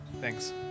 Thanks